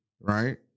right